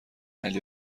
علی